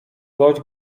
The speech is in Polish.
gość